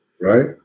Right